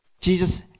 Jesus